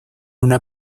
una